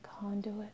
conduit